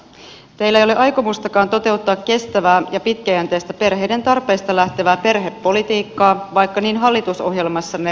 teillä ei ole aikomustakaan toteuttaa kestävää ja pitkäjänteistä perheiden tarpeista lähtevää perhepolitiikkaa vaikka niin hallitusohjelmassanne lupasitte